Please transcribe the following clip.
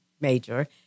major